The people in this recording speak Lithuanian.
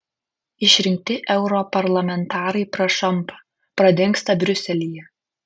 išrinkti europarlamentarai prašampa pradingsta briuselyje